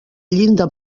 llinda